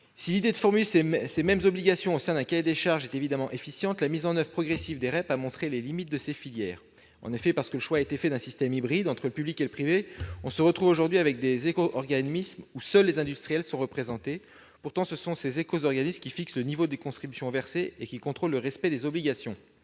Si l'idée de formuler ces mêmes obligations au sein d'un cahier des charges est évidemment efficiente, la mise en oeuvre progressive des filières REP a montré leurs limites. En effet, parce que le choix a été fait d'un système hybride entre le public et le privé, dans certains éco-organismes seuls les industriels sont représentés. Pourtant ce sont ces éco-organismes qui fixent le niveau des contributions versées et qui contrôlent le respect des obligations.